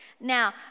Now